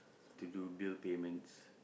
to do bill payments